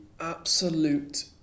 absolute